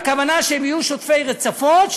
הכוונה שיהיו שוטפי רצפות,